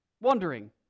wondering